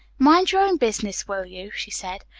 mind your own business, will you? she said.